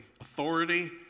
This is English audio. Authority